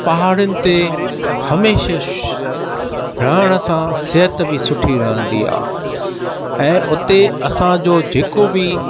पहाड़िनि ते हमेशा रहणु सां सिहत बि सुठी रहंदी आहे ऐं उते असांजो जेको बि